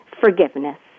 forgiveness